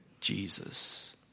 Jesus